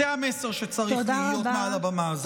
זה המסר שצריך להיות מעל הבמה הזאת.